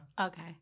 Okay